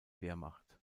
wehrmacht